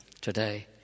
today